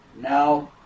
now